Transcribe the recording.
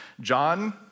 John